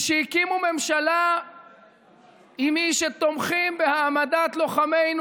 מי שהקימו ממשלה עם מי שתומכים בהעמדת לוחמינו